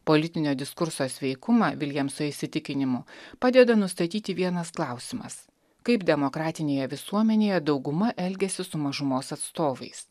politinio diskurso sveikumą viljamso įsitikinimu padeda nustatyti vienas klausimas kaip demokratinėje visuomenėje dauguma elgiasi su mažumos atstovais